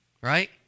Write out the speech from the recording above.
Right